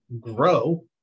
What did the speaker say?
grow